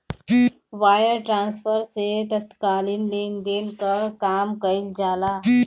wire transfer से तात्कालिक लेनदेन कअ काम कईल जाला